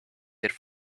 their